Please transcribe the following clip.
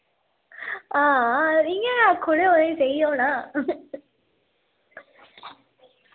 आं आक्खी ओड़ेओ इनेंगी सेही गै होना